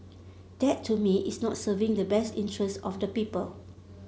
that to me is not serving the best interests of the people